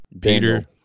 Peter